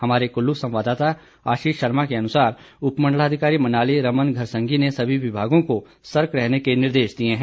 हमारे कुल्लू संवाददता के आशीष शर्मा के अनुसार उपमंडलाधिकारी मनाली रमन घरसंघी ने सभी विभागों को सतर्क रहने के निर्देश दिए हैं